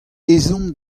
ezhomm